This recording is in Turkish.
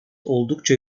oldukça